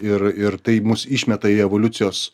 ir ir tai mus išmeta į evoliucijos